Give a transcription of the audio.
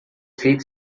feita